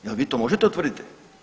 Jel vi to možete utvrditi?